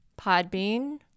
Podbean